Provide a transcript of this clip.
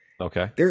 Okay